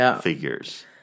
figures